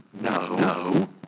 No